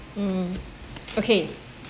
mm okay